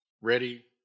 ready